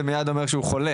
זה מייד אומר שהוא חולה.